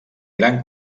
gran